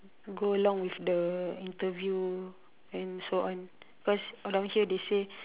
go along with the interview and so on cause along here they say